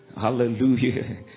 Hallelujah